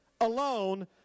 alone